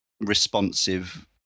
responsive